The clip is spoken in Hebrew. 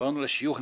דיברנו על השיוך,